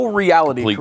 reality